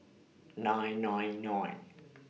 nine nine nine